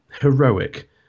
heroic